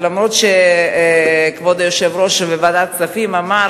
אף-על-פי שכבוד היושב-ראש בוועדת הכספים אמר